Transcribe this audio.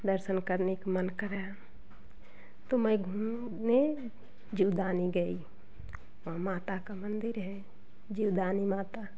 दर्शन करने को मन कर रहा है तो मैं घूमने जीवदानी गई वहाँ माता का मंदिर है जीवदानी माता